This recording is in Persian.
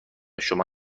شما